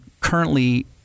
currently